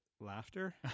laughter